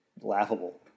laughable